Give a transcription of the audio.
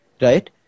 Right